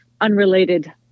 unrelated